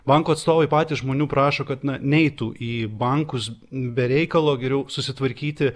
banko atstovai patys žmonių prašo kad na neitų į bankus be reikalo geriau susitvarkyti